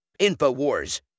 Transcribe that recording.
Infowars